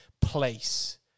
place